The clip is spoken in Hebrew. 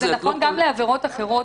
זה נכון גם לעבירות אחרות.